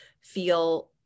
feel